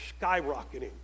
skyrocketing